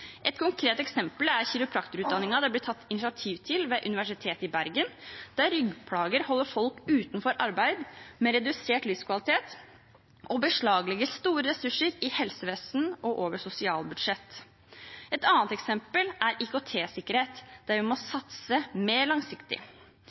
Et konkret eksempel er kiropraktorutdanningen det har blitt tatt initiativ til ved Universitetet i Bergen fordi ryggplager holder folk utenfor arbeid – med redusert livskvalitet – og beslaglegger store ressurser i helsevesenet og på sosialbudsjettet. Et annet eksempel er IKT-sikkerhet, der vi må